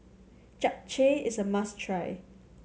japchae is a must try